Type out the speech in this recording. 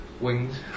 wings